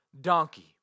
donkey